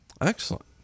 Excellent